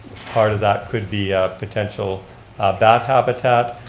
part of that could be a potential bat habitat.